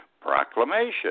Proclamation